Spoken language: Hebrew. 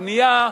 הבנייה,